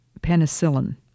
penicillin